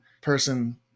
person